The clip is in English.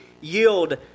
yield